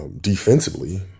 defensively